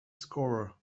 scorer